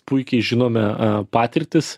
puikiai žinome patirtis